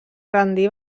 rendir